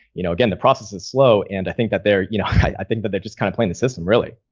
you know, again, the process is slow. and i think that they're, you know, i think that they just kind of playing the system really.